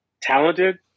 talented